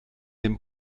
dem